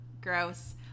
gross